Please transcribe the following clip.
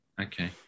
Okay